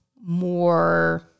more